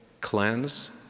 cleanse